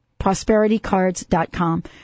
ProsperityCards.com